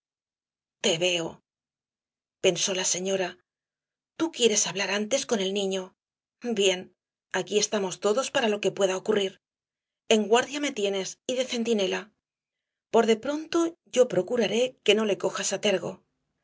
te veo pensó la señora tú quieres hablar antes con el niño bien aquí estamos todos para lo que pueda ocurrir en guardia me tienes y de centinela por de pronto yo procuraré que no le cojas á tergo